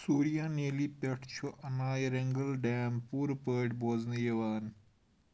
سوریانیلی پٮ۪ٹھٕ چھُ انائیرنگل ڈیم پوٗرٕ پٲٹھی بوزنٕہ یِوان